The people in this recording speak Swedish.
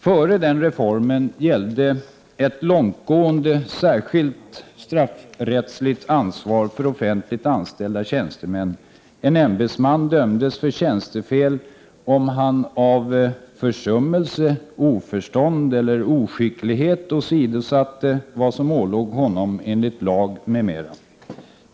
Före denna reform gällde ett långtgående särskilt straffrättsligt ansvar för offentligt anställda tjänstemän, då en ämbetsman kunde dömas för tjänstefel om han av försummelse, oförstånd eller oskicklighet åsidosatte vad som ålåg honom enligt lag m.m.